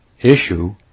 issue